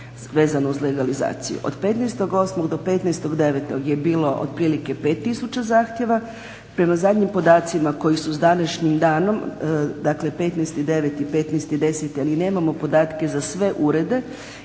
vezano uz legalizaciju. Od 15.8. do 15.9. je bilo otprilike 5 tisuća zahtjeva. Prema zadnjim podacima koji su s današnjim danom, dakle 15.9., 15.10, ali nemamo podatke za sve urede.